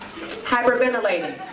Hyperventilating